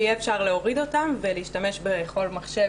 ויהיה אפשר להוריד אותם ולהשתמש בכל מחשב